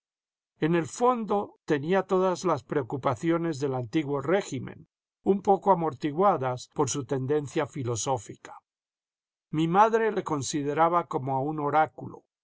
en el fondo tenía todas las preocupaciones del antiguo régimen un poco amortiguadas por su tendencia filosófica mi madre le consideraba como a un oráculo